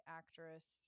actress